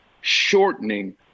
shortening